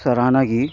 सराहना की